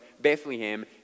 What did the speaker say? Bethlehem